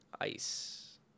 ice